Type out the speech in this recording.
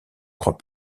crois